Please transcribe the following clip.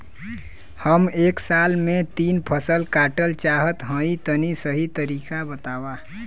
हम एक साल में तीन फसल काटल चाहत हइं तनि सही तरीका बतावा?